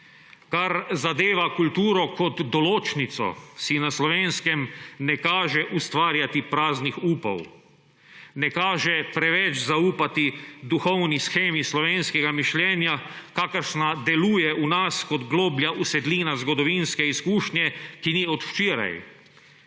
Kar zadeva kulturo kot določnico, si na Slovenskem ne kaže ustvarjati praznih upov, ne kaže preveč zaupati duhovni shemi slovenskega mišljenja, kakršna deluje v nas kot globlja usedlina zgodovinske izkušnje, ki ni od včeraj